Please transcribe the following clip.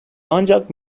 ancak